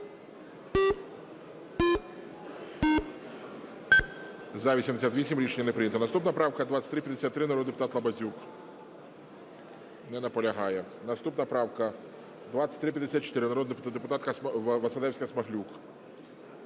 За-88 Рішення не прийнято. Наступна правка - 2353, народний депутат Лабазюк. Не наполягає. Наступна правка - 2354, народна депутатка Василевська-Смаглюк.